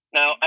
Now